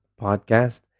podcast